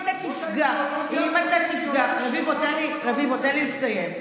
רביבו, תן לי לסיים.